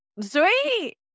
Sweet